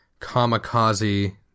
kamikaze